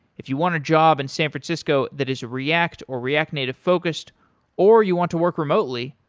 if you want a job in san francisco that is react or react native focused or you want to work remotely,